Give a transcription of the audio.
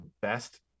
best